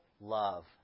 Love